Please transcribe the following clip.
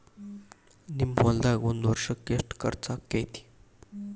ನಿಮ್ಮ ಹೊಲ್ದಾಗ ಒಂದ್ ವರ್ಷಕ್ಕ ಎಷ್ಟ ಖರ್ಚ್ ಆಕ್ಕೆತಿ?